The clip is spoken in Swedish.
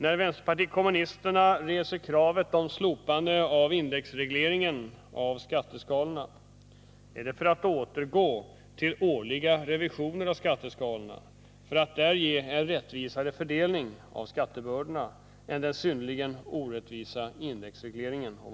När vpk reser kravet på slopande av indexregleringen av skatteskalorna är det för att man skall återgå till årliga revisioner av skatteskalorna, för att där ge en rättvisare fördelning av skattebördorna än genom den synnerligen orättvisa indexregleringen.